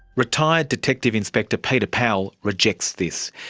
retired detective inspector peter powell rejects this.